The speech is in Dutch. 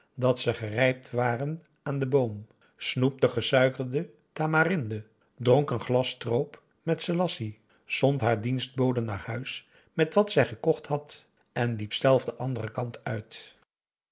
dat ze gerijpt waren aan den boom snoepte gesuikerde tamarinde dronk een glas stroop met selassie zond haar dienstbode naar huis met wat zij gekocht had en liep zelf den anderen kant uit